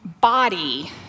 body